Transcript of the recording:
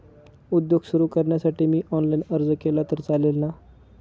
उद्योग सुरु करण्यासाठी मी ऑनलाईन अर्ज केला तर चालेल ना?